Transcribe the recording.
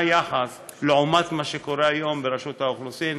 מה היחס לעומת מה שקורה כיום ברשות האוכלוסין,